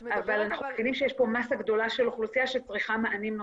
אנחנו מבינים שיש פה מסה גדולה של אוכלוסייה שצריכה מענים נוספים.